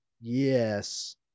yes